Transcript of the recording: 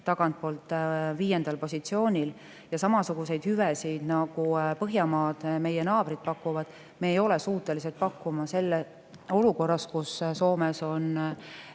tagantpoolt viiendal positsioonil. Samasuguseid hüvesid, nagu Põhjamaad, meie naabrid, pakuvad, me ei ole suutelised pakkuma selles olukorras, kus Soomes on